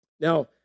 now